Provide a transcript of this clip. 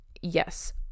yes